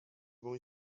boy